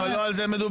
אבל לא על זה מדובר.